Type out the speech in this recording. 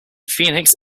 phoenix